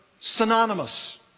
synonymous